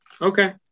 Okay